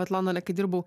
vat londone kai dirbau